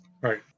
Right